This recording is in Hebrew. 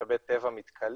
ממשאבי טבע מתכלים